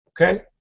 Okay